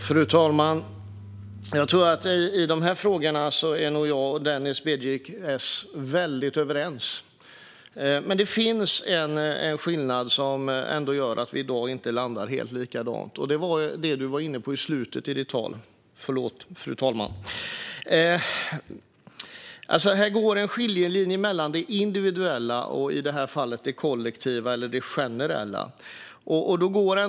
Fru talman! Jag tror att jag och Denis Begic, S, är väldigt överens i dessa frågor. Men det finns en skillnad som gör att vi i dag inte landar helt likadant. Det var det som Denis Begic var inne på i slutet av sitt anförande. I detta fall går det en skiljelinje mellan det individuella och det kollektiva eller det generella.